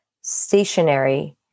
stationary